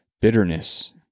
bitterness